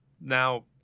now